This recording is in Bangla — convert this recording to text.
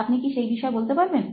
আপনি কি সেই বিষয় বলতে পারবেন